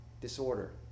Disorder